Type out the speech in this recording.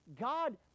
god